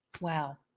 Wow